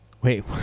Wait